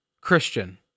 Christian